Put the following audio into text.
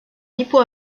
nippo